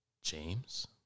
James